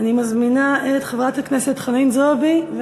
אני מזמינה את חברת הכנסת חנין זועבי.